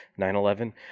9/11